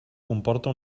comporta